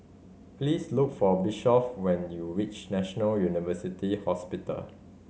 please look for Bishop when you reach National University Hospital